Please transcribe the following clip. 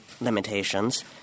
limitations